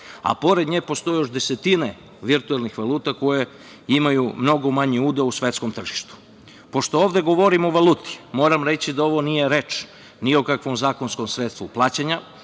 a pored nje postoje još desetine virtuelnih valuta koje imaju mnogo manji udeo u svetskom tržištu. Pošto ovde govorimo o valuti, moram reći da ovde nije reč ni o kakvom zakonskom sredstvu plaćanja,